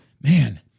man